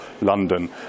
London